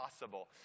possible